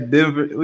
Denver